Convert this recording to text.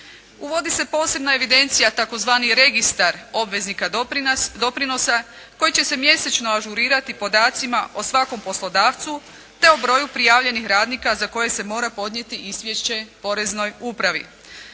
Uvodi se posebna evidencije tzv. registar obveznika doprinosa koji će se mjesečno ažurirati podacima o svakom poslodavcu te o broju prijavljenih radnika za koje se mora podnijeti izvješće poreznoj upravi.